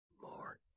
more